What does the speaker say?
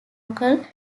local